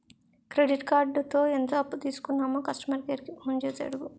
credit కార్డుతో ఎంత అప్పు తీసుకున్నామో కస్టమర్ కేర్ కి ఫోన్ చేసి అడుగు